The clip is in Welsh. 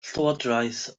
llywodraeth